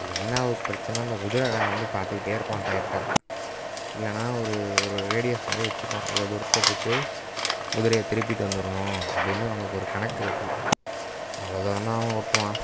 அது என்ன ஒரு பிரச்சனை அந்த குதிரைகாரன் வந்து பார்த்துகிட்டே இருப்பான் டையத்தை இல்லைன்னா ஒரு ஒரு ரேடியஸ் மாதிரி வெச்சுப்பான் இவ்வளோ தூரத்தில் போய்விட்டு குதிரையை திருப்பிட்டு வந்துடணும் அப்படின்னு அவனுக்கு ஒரு கணக்கு இருக்குது அவ்வளோ தூரம் தான் அவன் ஓட்டுவான்